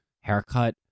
haircut